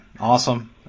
awesome